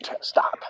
Stop